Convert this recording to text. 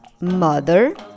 Mother